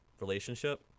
relationship